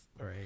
right